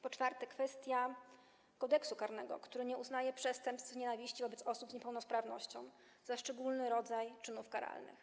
Po czwarte, kwestia Kodeksu karnego, który nie uznaje przestępstw z nienawiści wobec osób z niepełnosprawnością za szczególny rodzaj czynów karalnych.